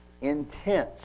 intense